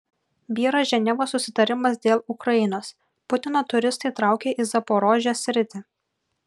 byra ženevos susitarimas dėl ukrainos putino turistai traukia į zaporožės sritį